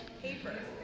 Paper